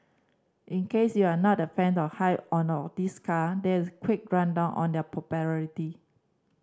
in case you're not a fan of high or not this car there is quick rundown on their popularity